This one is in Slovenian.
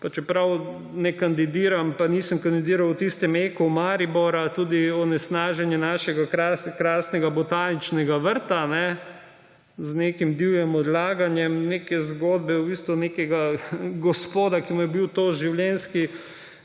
pa čeprav ne kandidiram pa nisem kandidiral v tistem eku Maribora, tudi onesnaženje našega krasnega botaničnega vrta z nekim divjim odlaganjem, neke zgodbe nekega gospoda, ki mu je bil to življenjski